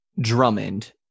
drummond